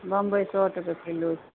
बम्बइ सए टके किलो